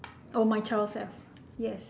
oh my child self yes